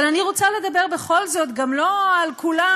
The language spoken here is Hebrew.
אבל אני רוצה לדבר בכל זאת גם לא על כולם,